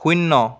শূন্য